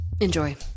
Enjoy